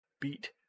beat